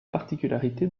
particularité